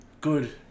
good